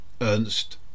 Ernst